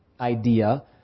idea